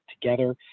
together